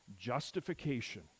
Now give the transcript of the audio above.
justification